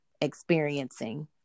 experiencing